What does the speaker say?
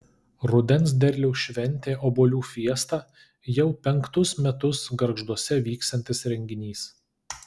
rudens derliaus šventė obuolių fiesta jau penktus metus gargžduose vyksiantis renginys